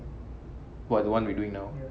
what's the one we doing now